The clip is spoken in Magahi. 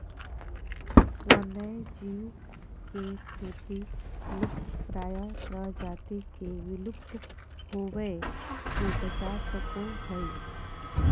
वन्य जीव के खेती लुप्तप्राय प्रजाति के विलुप्त होवय से बचा सको हइ